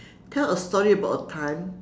tell a story about a time